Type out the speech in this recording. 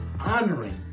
honoring